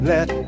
Let